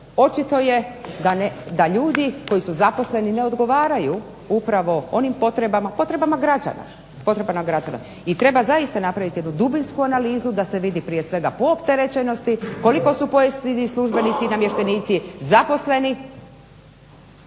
Očito je da ljudi koji su zaposleni ne odgovaraju upravo onim potrebama, potrebama građana. I treba zaista napraviti jednu dubinsku analizu da se vidi prije svega po opterećenosti koliko su pojedini službenici i namještenici zaposleni,